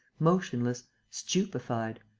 motionless, stupefied.